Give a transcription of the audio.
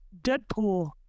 Deadpool